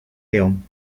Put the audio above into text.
león